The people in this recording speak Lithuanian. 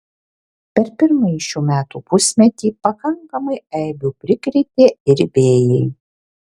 per pirmąjį šių metų pusmetį pakankamai eibių prikrėtė ir vėjai